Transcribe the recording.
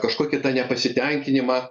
kažkokį tą nepasitenkinimą